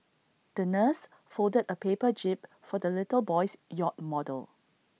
the nurse folded A paper jib for the little boy's yacht model